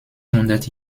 hundert